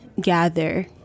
gather